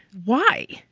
why?